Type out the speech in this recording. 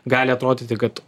gali atrodyti kad